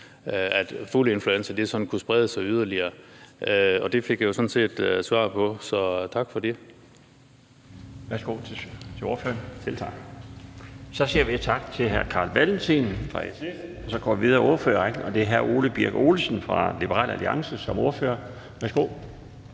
at fugleinfluenza kunne sprede sig yderligere, og det fik jeg sådan set svar på, så tak for det.